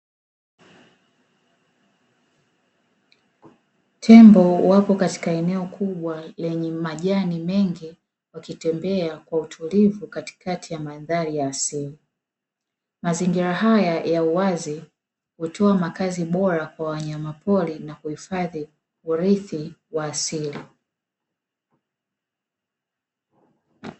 Tembo wako katika eneo kubwa lenye majani mengi, wakitembea kwa utulivu katikati ya mandhari ya asili. Mazingira haya ya uwazi hutoa makazi bora kwa wanyamapori, na kuhifadhi urithi wa asili.